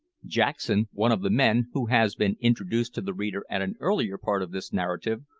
jackson, one of the men, who has been introduced to the reader at an earlier part of this narrative,